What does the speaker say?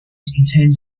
contains